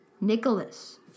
Nicholas